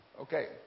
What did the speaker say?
Okay